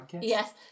yes